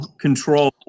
control